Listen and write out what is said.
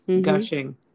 gushing